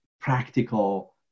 practical